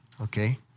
Okay